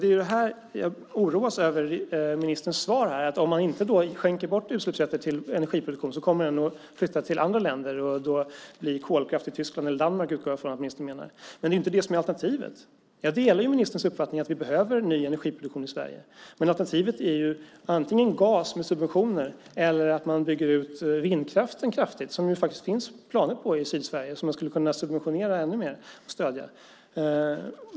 Det är här jag oroas över ministerns svar. Om man inte skänker bort utsläppsrätter till energiproduktionen kommer den att flytta till andra länder. Jag utgår från att ministern menar kolkraft i Tyskland eller Danmark. Men det är inte det som är alternativet. Jag delar ministerns uppfattning att vi behöver en ny energiproduktion i Sverige. Alternativet är antingen gas med subventioner eller att vindkraften byggs ut kraftigt. Det finns faktiskt planer på det i Sydsverige som skulle kunna subventioneras ännu mer.